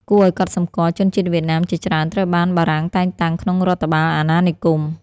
គួរឱ្យកត់សម្គាល់ ជនជាតិវៀតណាមជាច្រើនត្រូវបានបារាំងតែងតាំងក្នុងរដ្ឋបាលអាណានិគម។